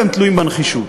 והם תלויים בנחישות.